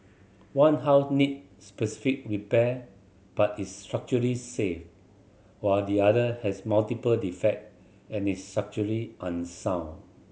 one house needs specific repair but is structurally safe while the other has multiple defect and is structurally unsound